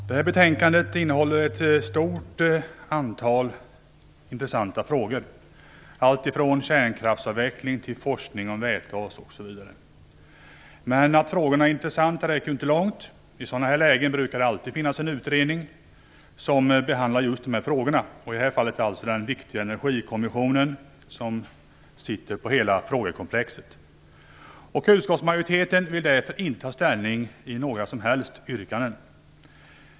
Herr talman! Detta betänkande innehåller ett stort antal intressanta frågor - alltifrån kärnkraftsavveckling till forskning om vätgas osv. Men att frågorna är intressanta räcker inte långt. I sådana här lägen brukar det finnas en utredning som behandlar just dessa frågor. I det här fallet är det den viktiga energikommissionen som sitter på hela frågekomplexet. Utskottsmajoriteten vill därför inte ta ställning till några yrkanden.